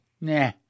Nah